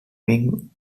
ming